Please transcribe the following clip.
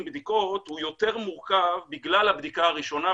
בדיקות הוא יותר מורכב בגלל הבדיקה הראשונה,